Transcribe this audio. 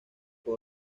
fue